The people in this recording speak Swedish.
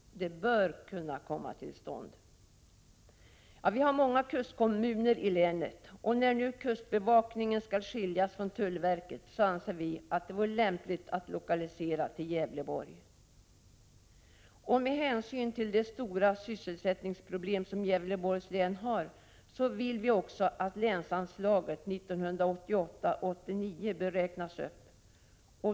Sådan brytning bör kunna komma till stånd. Vi har många kustkommuner i länet, och när nu kustbevakningen skall skiljas från tullverket anser vi det vara lämpligt att lokalisera till Gävleborg. Med hänsyn till de stora sysselsättningsproblem som Gävleborgs län har vill vi också att länsanslaget 1988/89 räknas upp.